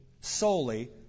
solely